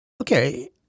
Okay